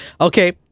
Okay